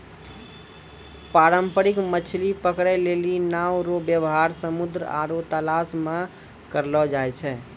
पारंपरिक मछली पकड़ै लेली नांव रो वेवहार समुन्द्र आरु तालाश मे करलो जाय छै